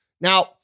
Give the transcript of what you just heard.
Now